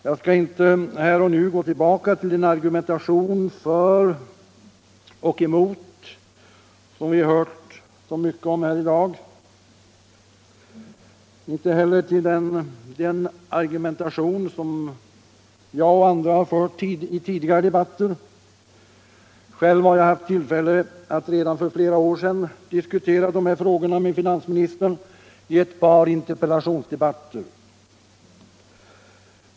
Jag skall inte här och nu gå tillbaka till den argumentation för och emot som har framförts här i dag och inte heller till den argumentation som jag och andra har fört i tidigare debatter. Själv hade jag tillfälle att redan för flera år sedan diskutera de här frågorna med finansministern i ett par interpellationsdebatter.